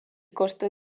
costa